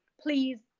please